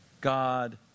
God